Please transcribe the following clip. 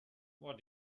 what